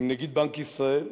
עם נגיד בנק ישראל,